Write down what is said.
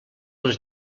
les